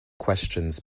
questions